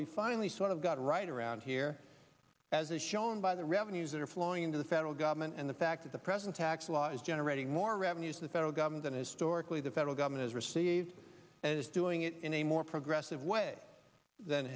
we finally sort of got right around here as is shown by the revenues that are flowing into the federal government and the fact that the president law is generating more revenues the federal government than historically the federal government has received and is doing it in a more progressive way than